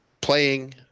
playing